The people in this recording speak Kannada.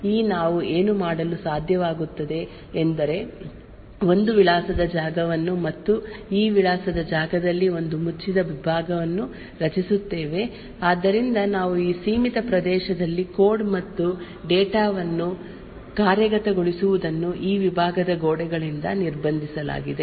ಈ ನಾವು ಏನು ಮಾಡಲು ಸಾಧ್ಯವಾಗುತ್ತದೆ ಎಂದರೆ ಒಂದು ವಿಳಾಸದ ಜಾಗವನ್ನು ಮತ್ತು ಈ ವಿಳಾಸದ ಜಾಗದಲ್ಲಿ ಒಂದು ಮುಚ್ಚಿದ ವಿಭಾಗವನ್ನು ರಚಿಸುತ್ತೇವೆ ಆದ್ದರಿಂದ ನಾವು ಈ ಸೀಮಿತ ಪ್ರದೇಶದಲ್ಲಿ ಕೋಡ್ ಮತ್ತು ಡೇಟಾ ವನ್ನು ಕಾರ್ಯಗತಗೊಳಿಸುವುದನ್ನು ಈ ವಿಭಾಗದ ಗೋಡೆಗಳಿಂದ ನಿರ್ಬಂಧಿಸಲಾಗಿದೆ